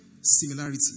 similarity